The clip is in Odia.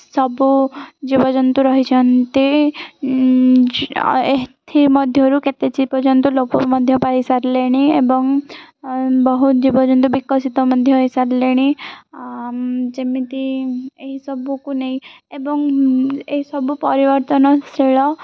ସବୁ ଜୀବଜନ୍ତୁ ରହିଛନ୍ତି ଏଥିମଧ୍ୟରୁ କେତେ ଜୀବଜନ୍ତୁ ଲୋପ ମଧ୍ୟ ପାଇସାରିଲେଣି ଏବଂ ବହୁତ ଜୀବଜନ୍ତୁ ବିକଶିତ ମଧ୍ୟ ହେଇସାରିଲେଣି ଯେମିତି ଏହିସବୁକୁ ନେଇ ଏବଂ ଏହିସବୁ ପରିବର୍ତ୍ତନଶୀଳ